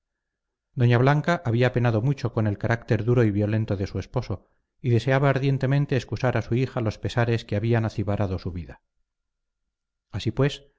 doña blanca había penado mucho con el carácter duro y violento de su esposo y deseaba ardientemente excusar a su hija los pesares que habían acibarado su vida así pues